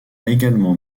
également